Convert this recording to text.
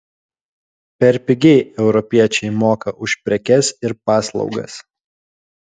per pigiai europiečiai moka už prekes ir paslaugas